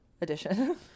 edition